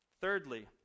Thirdly